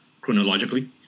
chronologically